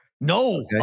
No